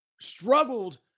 struggled